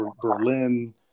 Berlin